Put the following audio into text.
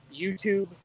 youtube